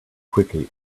quickly